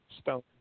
stone